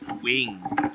wing